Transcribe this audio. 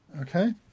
Okay